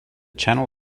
channel